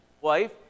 wife